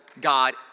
God